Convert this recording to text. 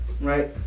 right